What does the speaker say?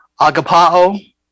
Agapao